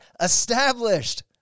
Established